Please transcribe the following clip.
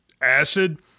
acid